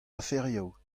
aferioù